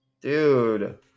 Dude